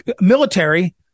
military